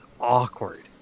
awkward